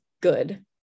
good